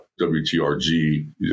WTRG